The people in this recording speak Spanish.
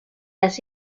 las